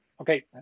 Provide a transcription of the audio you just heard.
Okay